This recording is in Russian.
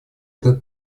этот